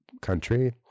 country